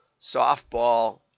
softball